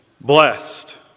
Blessed